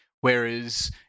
Whereas